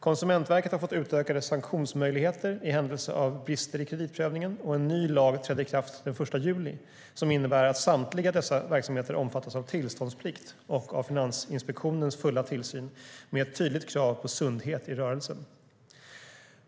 Konsumentverket har fått utökade sanktionsmöjligheter i händelse av brister i kreditprövningen, och en ny lag trädde i kraft den 1 juli. Lagen innebär att samtliga dessa verksamheter omfattas av tillståndsplikt och av Finansinspektionens fulla tillsyn med ett tydligt krav på sundhet i rörelsen.